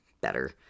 better